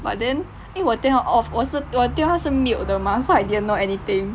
but then 因为我电话 off 我是我的电话是 mute 的 mah so I didn't know anything